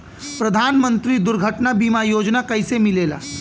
प्रधानमंत्री दुर्घटना बीमा योजना कैसे मिलेला?